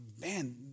man